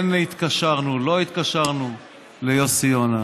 כן התקשרנו, לא התקשרנו ליוסי יונה.